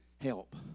help